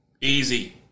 Easy